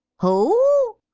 who?